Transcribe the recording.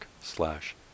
slash